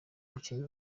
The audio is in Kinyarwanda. umukinnyi